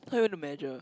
how you want to measure